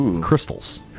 Crystals